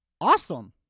Awesome